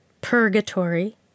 purgatory